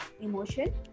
emotion